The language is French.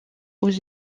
aux